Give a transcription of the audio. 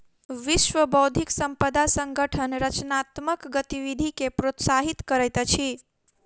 विश्व बौद्धिक संपदा संगठन रचनात्मक गतिविधि के प्रोत्साहित करैत अछि